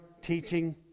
teaching